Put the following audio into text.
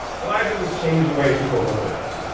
what i did was change the way people looked at them.